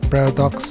Paradox